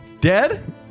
Dead